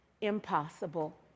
impossible